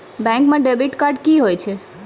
Bank म debit card की होय छै?